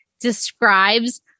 describes